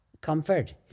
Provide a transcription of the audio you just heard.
comfort